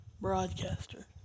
broadcaster